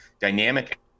dynamic